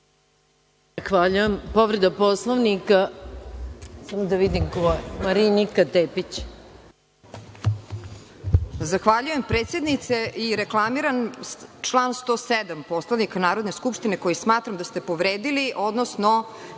Zahvaljujem. Povreda Poslovnika, Marinika Tepić. **Marinika Tepić** Zahvaljujem, predsednice. Reklamiram član 107. Poslovnika Narodne skupštine, koji smatram da ste povredili, odnosno